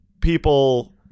people